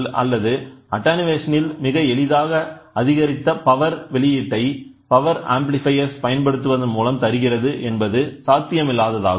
அல்லது அட்டனுவேஷன் இல் மிக எளிதாக அதிகரித்த பவர் வெளியீட்டைபவர் ஆம்ப்ளிபையர் பயன்படுத்துவதன் மூலம் தருகிறது என்பது சாத்தியமில்லாததாகும்